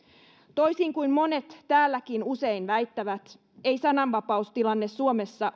toisin kuin monet täälläkin usein väittävät ei sananvapaustilanne suomessa